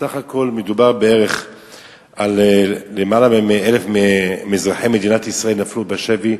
בסך הכול מדובר על למעלה מ-1,000 מאזרחי מדינת ישראל שנפלו בשבי,